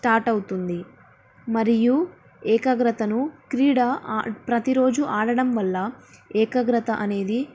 start అవుతుంది మరియు ఏకాగ్రతను క్రీడ ప్రతిరోజు ఆడడం వల్ల ఏకాగ్రత అనేది